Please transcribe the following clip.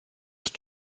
ich